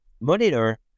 monitor